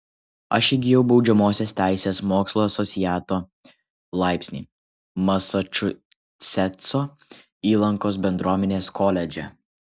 aš įgijau baudžiamosios teisės mokslų asociato laipsnį masačusetso įlankos bendruomenės koledže